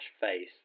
face